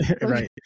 right